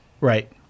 Right